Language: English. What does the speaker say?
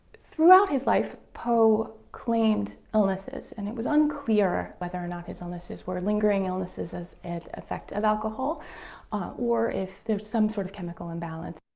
throughout his life, poe claimed illnesses and it was unclear whether or not his illnesses were lingering illnesses as an effect of alcohol or if there was some sort of chemical imbalance.